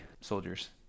soldiers